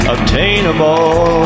Obtainable